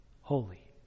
holy